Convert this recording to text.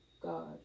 god